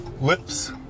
lips